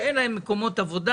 עם אלה שאין להם מקומות עבודה,